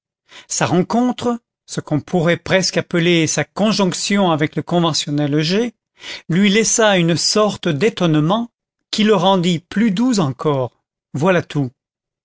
sa rencontre ce qu'on pourrait presque appeler sa conjonction avec le conventionnel g lui laissa une sorte d'étonnement qui le rendit plus doux encore voilà tout